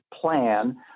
plan